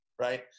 right